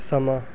ਸਮਾਂ